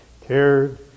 cared